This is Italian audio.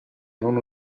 non